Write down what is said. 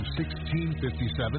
$16.57